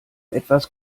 etwas